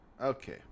Okay